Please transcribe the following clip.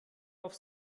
auf